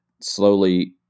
slowly